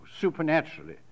supernaturally